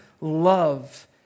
love